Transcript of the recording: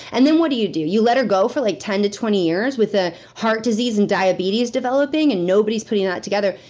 and then what do you do? you let her go for like ten to twenty years, with ah heart disease and diabetes developing, and nobody's putting that together.